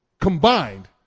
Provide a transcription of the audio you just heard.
combined